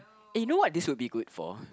eh you know what this would be good for